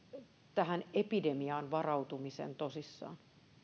tähän epidemiaan varautumisen tosissaan